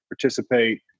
participate